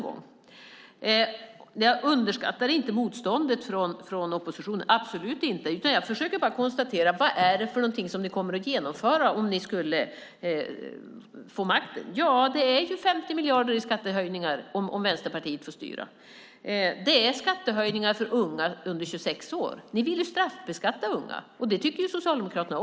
Jag underskattar inte motståndet från er i oppositionen - absolut inte - utan jag försöker bara konstatera vad det är som ni kommer att genomföra om ni får regeringsmakten. Det blir 50 miljarder i skattehöjningar om Vänsterpartiet får styra. Det blir skattehöjningar för att anställa unga under 26 år. Ni vill straffbeskatta de unga; så tycker ju Socialdemokraterna.